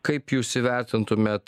kaip jūs įvertintumėt